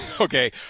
okay